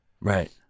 right